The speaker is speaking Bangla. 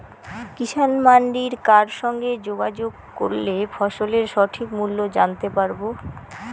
কিষান মান্ডির কার সঙ্গে যোগাযোগ করলে ফসলের সঠিক মূল্য জানতে পারবো?